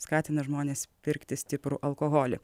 skatina žmones pirkti stiprų alkoholį